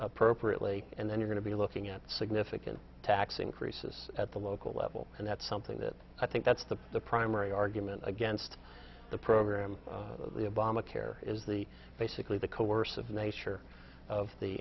appropriately and then are going to be looking at significant tax increases at the local level and that's something that i think that's the the primary argument against the program bamma care is the basically the coercive nature of the